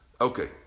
Okay